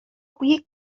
بوی